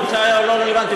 זה בכלל לא רלוונטי.